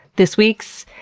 this week's,